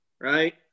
right